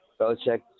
Belichick